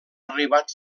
arribat